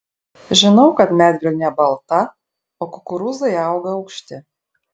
žinau kad medvilnė balta o kukurūzai auga aukšti